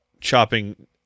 chopping